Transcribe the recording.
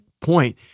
point